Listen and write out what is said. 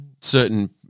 certain